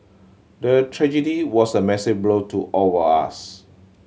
the tragedy was a massive blow to all of us